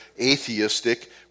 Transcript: atheistic